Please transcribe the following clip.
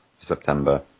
September